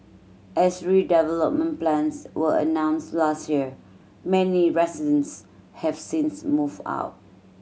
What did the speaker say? as redevelopment plans were announced last year many residents have since moved out